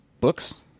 books